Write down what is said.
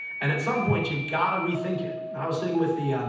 and, at some point, you gotta rethink it. i was sitting with the